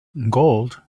gold